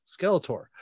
Skeletor